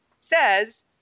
says